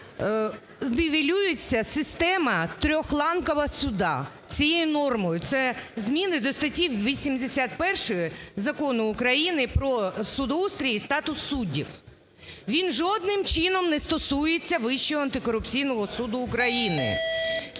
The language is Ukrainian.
нівелюється система трьохланкова суду, цією нормою, це зміни до статті 81 Закону України "Про судоустрій і статус суддів". Він жодним чином не стосується Вищого антикорупційного суду України.